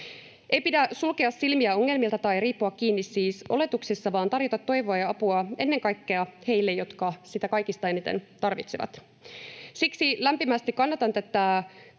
siis pidä sulkea silmiä ongelmilta tai riippua kiinni oletuksissa vaan tarjota toivoa ja apua ennen kaikkea heille, jotka sitä kaikista eniten tarvitsevat. Siksi lämpimästi kannatan tätä